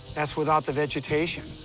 that's without the vegetation.